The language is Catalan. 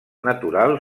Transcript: natural